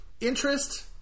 interest